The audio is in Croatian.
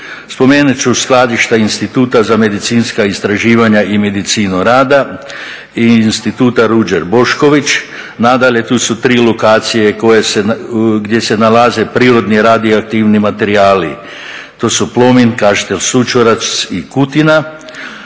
Spomenut ću skladišta Instituta za medicinska istraživanja i medicinu rada i Instituta Ruđer Bošković. Nadalje, tu su tri lokacije gdje se nalaze prirodni radioaktivni materijali. To su Plomin, Kaštel Sućurac i Kutina.